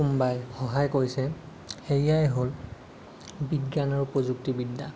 কোনোবাই সহায় কৰিছে সেয়াই হ'ল বিজ্ঞান আৰু প্ৰযুক্তিবিদ্যা